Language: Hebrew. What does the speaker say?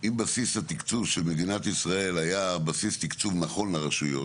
אם בסיס התקצוב של מדינת ישראל היה בסיס תקצוב נכון לרשויות,